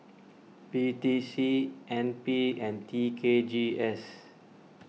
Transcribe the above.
P T C N P and T K G S